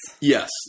yes